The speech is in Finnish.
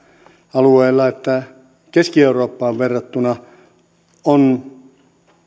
alueella että keski eurooppaan verrattuna on